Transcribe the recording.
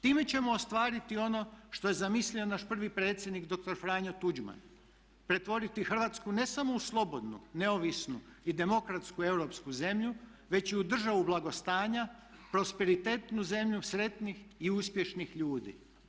Time ćemo ostvariti ono što je zamislio naš prvi predsjednik dr. Franjo Tuđman, pretvoriti Hrvatsku ne samo u slobodnu, neovisnu i demokratsku europsku zemlju već i u državu blagostanja, prosperitetnu zemlju sretnih i uspješnih ljudi.